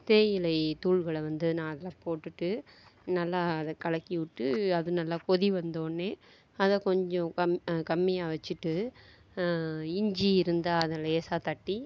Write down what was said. தேயிலை தூள்களை வந்து நான் அதில் போட்டுட்டு நல்லா அதை கலக்கி விட்டு அது நல்லா கொதி வந்த உடனே அதை கொஞ்சம் கம்மியாக வெச்சிட்டு இஞ்சி இருந்தால் அதை லேசாக தட்டி